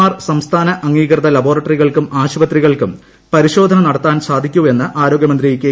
R സംസ്ഥാന അംഗീകൃത ലബോറട്ടറികൾക്കും ആശുപത്രികൾക്കും പരിശോധന നടത്താവൂ എന്ന് ആരോഗ്യമന്ത്രി കെ